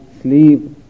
sleep